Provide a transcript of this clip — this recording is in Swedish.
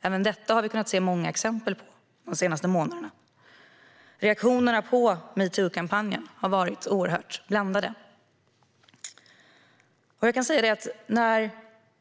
Även detta har vi kunnat se många exempel på de senaste månaderna. Reaktionerna på metoo-kampanjen har varit oerhört blandade.